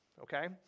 Okay